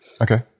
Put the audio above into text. Okay